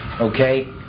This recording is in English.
Okay